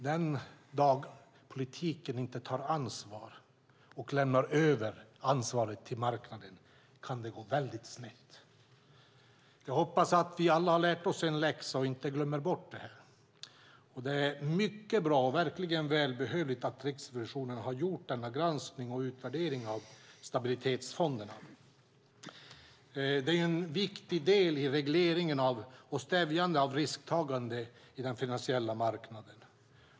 Om politiken inte tar ansvar utan lämnar över det till marknaden kan det gå väldigt snett. Jag hoppas att vi alla har lärt oss en läxa och inte glömmer bort det. Det är verkligen välbehövligt att Riksrevisionen gjort granskningen och utvärderingen av Stabilitetsfonden. Det är en viktig del i regleringen och stävjandet av risktagandet på den finansiella marknaden.